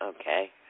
Okay